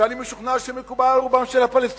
שאני משוכנע שמקובל על רובם של הפלסטינים,